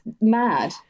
Mad